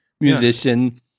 musician